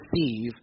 receive